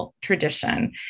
Tradition